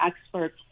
experts